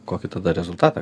kokį tada rezultatą